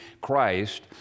Christ